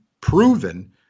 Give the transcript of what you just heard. proven